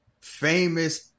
famous